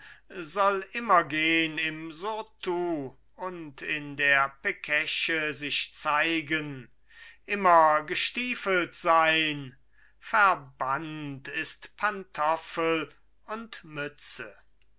soll immer gehn im surtout und in der pekesche sich zeigen immer gestiefelt sein verbannt ist pantoffel und mütze